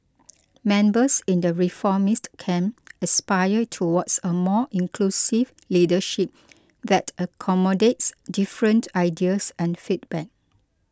members in the reformist camp aspire towards a more inclusive leadership that accommodates different ideas and feedback